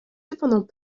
cependant